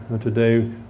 today